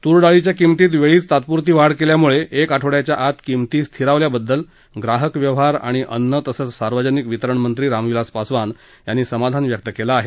तूर डाळीच्या किंमतीत वेळीच तात्पुरती वाढ केल्यामुळे एक आठवड्याच्या आत किंमती स्थिरावल्याबद्दल ग्राहक व्यवहार अन्न आणि सार्वजनिक वितरणमंत्री रामविलास पासवान यांनी समाधान व्यक्त केलं आहे